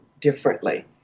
differently